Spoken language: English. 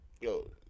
yo